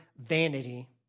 vanity